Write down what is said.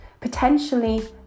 potentially